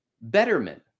betterment